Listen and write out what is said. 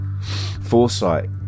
foresight